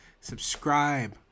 subscribe